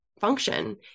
function